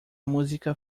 música